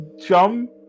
jump